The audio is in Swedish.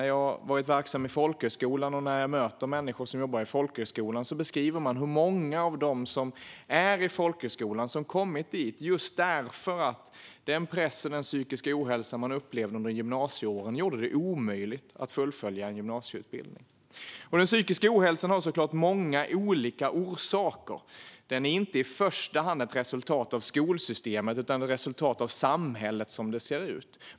Jag har varit verksam i folkhögskolan, och när jag möter människor som jobbar i folkhögskolan beskriver de hur många av eleverna i folkhögskolan har kommit dit just därför att den press och den psykiska ohälsa som de upplevde under gymnasieåren gjorde det omöjligt att fullfölja en gymnasieutbildning. Den psykiska ohälsan har såklart många olika orsaker. Den är inte i första hand ett resultat av skolsystemet utan ett resultat av samhället så som det ser ut.